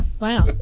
Wow